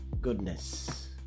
Goodness